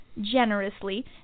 generously